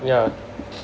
yeah